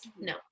no